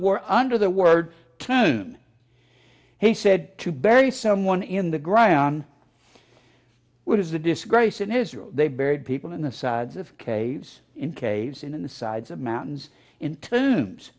war under the word tune he said to bury someone in the ground which is a disgrace in israel they buried people in the sides of caves in caves in the sides of mountains in tunes